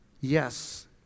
yes